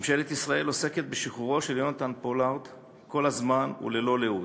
ממשלת ישראל עוסקת בשחרורו של יהונתן פולארד כל הזמן וללא לאות.